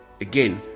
again